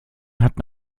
hatten